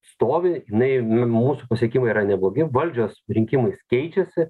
stovi jinai mūsų pasiekimai yra neblogi valdžios rinkimais keičiasi